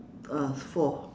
uh four